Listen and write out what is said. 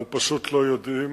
אנחנו פשוט לא יודעים.